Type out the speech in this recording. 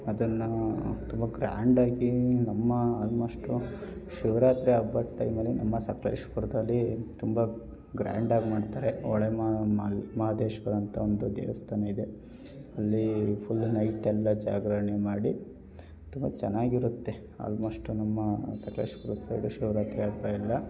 ಅದನ್ನೂ ತುಂಬ ಗ್ರ್ಯಾಂಡಾಗಿ ನಮ್ಮ ಆಲ್ಮೋಸ್ಟು ಶಿವರಾತ್ರಿ ಹಬ್ಬದ ಟೈಮಲ್ಲಿ ನಮ್ಮ ಸಕಲೇಶಪುರದಲ್ಲಿ ತುಂಬ ಗ್ರ್ಯಾಂಡಾಗಿ ಮಾಡ್ತಾರೆ ಹೊಳೆಮಾ ಮಹದೇಶ್ವರ ಅಂತ ಒಂದು ದೇವಸ್ಥಾನ ಇದೆ ಅಲ್ಲಿ ಫುಲ್ ನೈಟೆಲ್ಲ ಜಾಗರಣೆ ಮಾಡಿ ತುಂಬ ಚೆನ್ನಾಗಿರುತ್ತೆ ಆಲ್ಮೋಸ್ಟ್ ನಮ್ಮ ಸಕಲೇಶಪುರ ಸೈಡ್ ಶಿವರಾತ್ರಿ ಹಬ್ಬ ಎಲ್ಲ